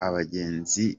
abagenzi